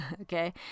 Okay